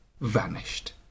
vanished